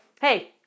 hey